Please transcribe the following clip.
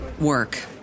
work